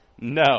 No